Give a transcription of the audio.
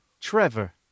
Trevor